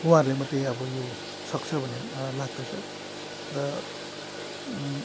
उहाँहरूले मात्रै अब यो सक्छ भने लाग्दछ र